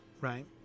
right